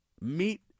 meet